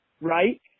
right